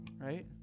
right